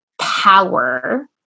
power